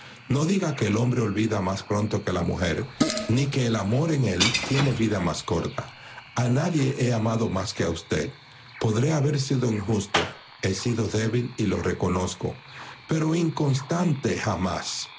no diga que el hombre olvida más pronto que la mujer ni que el amor en él tiene vida más corta a nadie he amado más que a usted podré haber sido injusto he sido débil y lo reconozco pero inconstante jamás